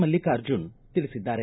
ಮಲ್ಲಿಕಾರ್ಜುನ ತಿಳಿಸಿದ್ದಾರೆ